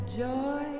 joy